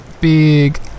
big